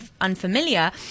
unfamiliar